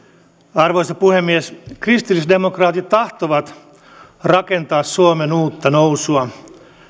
arvoisa puhemies kristillisdemokraatit tahtovat rakentaa suomen uutta nousua